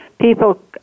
people